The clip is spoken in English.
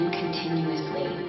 continuously